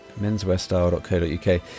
menswearstyle.co.uk